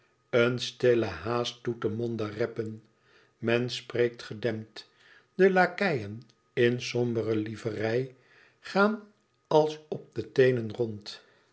een stille haast doet de monden reppen men spreekt gedempt de lakeien in sombere liverei gaan als op de teenen rond